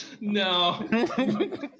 No